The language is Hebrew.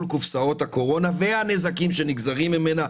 קופסאות הקורונה והנזקים שנגזרים ממנה,